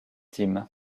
tim